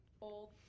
old